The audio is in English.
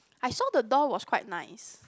I saw the door was quite nice